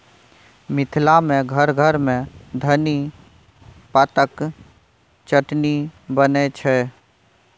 मिथिला मे घर घर मे धनी पातक चटनी बनै छै